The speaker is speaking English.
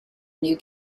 new